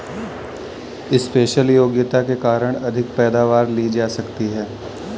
special योग्यता के कारण अधिक पैदावार ली जा सकती है